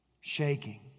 shaking